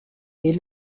est